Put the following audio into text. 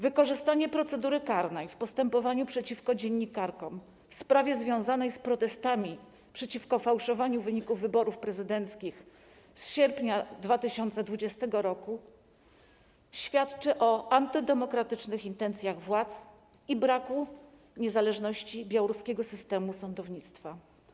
Wykorzystanie procedury karnej w postępowaniu przeciwko dziennikarkom w sprawie związanej z protestami przeciwko fałszowaniu wyników wyborów prezydenckich z sierpnia 2020 roku świadczy o antydemokratycznych intencjach władz i braku niezależności białoruskiego systemu sądownictwa.